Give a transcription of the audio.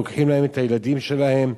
לוקחים להן את הילדים שלהם,